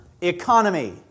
economy